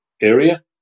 area